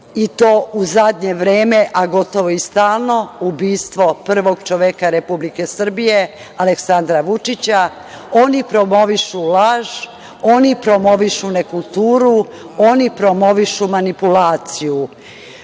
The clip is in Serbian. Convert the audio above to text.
i to u zadnje vreme, a gotovo i stalno ubistvo prvog čoveka Republike Srbije Aleksandra Vučića. Oni promovišu laž, oni promovišu nekulturu, oni promovišu manipulaciju. Nasuprot